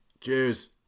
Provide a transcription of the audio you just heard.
Cheers